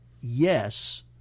yes